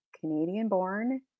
Canadian-born